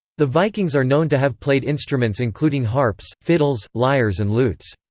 the vikings are known to have played instruments including harps, fiddles, lyres and lutes.